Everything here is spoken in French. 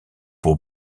pour